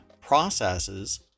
processes